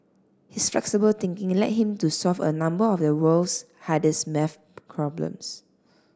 his flexible thinking led him to solve a number of the world's hardest maths problems